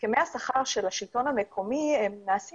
הסכמי השכר של השלטון המקומי נעשים